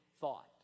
thought